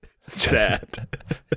Sad